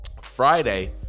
Friday